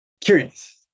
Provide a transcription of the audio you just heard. curious